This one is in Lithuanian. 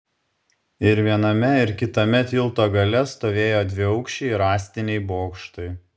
ir viename ir kitame tilto gale stovėjo dviaukščiai rąstiniai bokštai